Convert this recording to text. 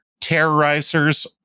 Terrorizers